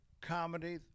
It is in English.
comedy